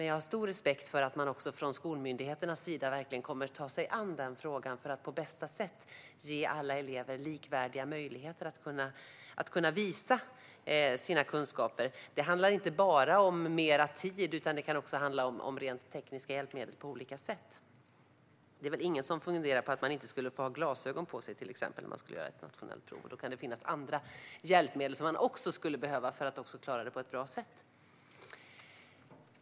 Jag har stor respekt för att man från skolmyndigheternas sida kommer att ta sig an den frågan för att på bästa sätt ge alla elever likvärdiga möjligheter att kunna visa sina kunskaper. Det handlar inte bara om mer tid. Det kan också handla om rent tekniska hjälpmedel på olika sätt. Det är väl inte någon som funderar på att man inte skulle få ha glasögon på sig, till exempel, när man ska göra ett nationellt prov. Det kan finnas andra hjälpmedel som man skulle behöva för att klara det på ett bra sätt.